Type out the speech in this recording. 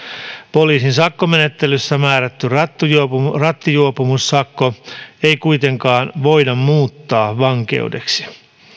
poliisin sakkomenettelyssä määrättyä rattijuopumussakkoa ei kuitenkaan voida muuttaa vankeudeksi